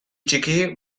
txiki